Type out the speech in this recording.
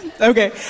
okay